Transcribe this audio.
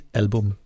album